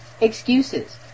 excuses